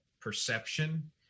perception